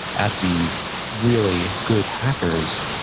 at these really good hackers,